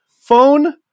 Phone